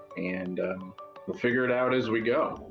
and we'll figure it out as we go.